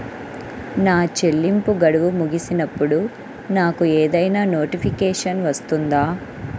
నా చెల్లింపు గడువు ముగిసినప్పుడు నాకు ఏదైనా నోటిఫికేషన్ వస్తుందా?